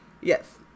yes